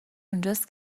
اونجاست